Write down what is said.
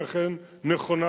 היא אכן נכונה,